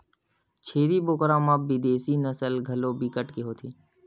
छेरी बोकरा म बिदेसी नसल घलो बिकट के होथे